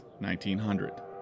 1900